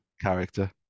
Character